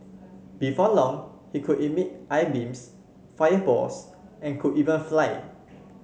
before long he could emit eye beams fireballs and could even fly